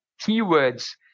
keywords